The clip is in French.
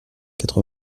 quatre